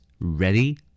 Ready